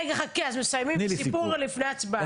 רגע, חכה, סיפור לפני הצבעה.